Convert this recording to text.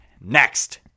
Next